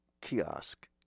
kiosk